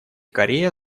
корея